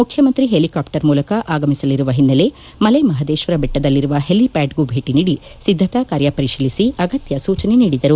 ಮುಖ್ಯಮಂತ್ರಿ ಹೆಲಿಕಾಪ್ಸರ್ ಮೂಲಕ ಆಗಮಿಸಲಿರುವ ಹಿನ್ನೆಲೆ ಮಲೆ ಮಹದೇಶ್ವರ ಬೆಟ್ಟದಲ್ಲಿರುವ ಹೆಲಿಪ್ಯಾಡ್ಗೂ ಭೇಟಿ ನೀಡಿ ಸಿದ್ಧತಾ ಕಾರ್ಯ ಪರಿಶೀಲಿಸಿ ಅಗತ್ಯ ಸೂಚನೆ ನೀಡಿದರು